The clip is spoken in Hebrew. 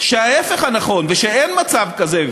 שההפך הנכון ושאין מצב כזה,